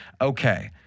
Okay